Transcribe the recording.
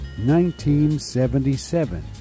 1977